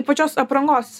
pačios aprangos